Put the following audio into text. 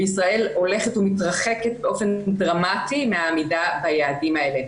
ישראל הולכת ומתרחקת באופן דרמטי מעמידה ביעדים האלה.